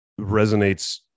resonates